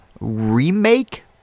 remake